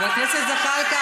חבר הכנסת זחאלקה,